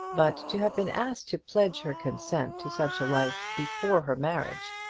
but to have been asked to pledge her consent to such a life before her marriage,